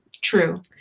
True